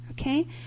okay